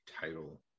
title